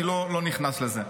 אני לא נכנס לזה.